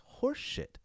horseshit